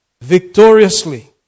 Victoriously